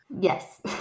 Yes